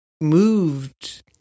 moved